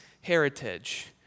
heritage